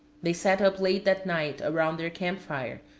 they sat up late that night, around their camp-fire,